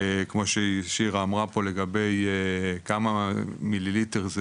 כמו ששירה אמרה פה לגבי כמה מיליליטר זה